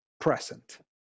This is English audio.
present